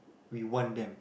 we want them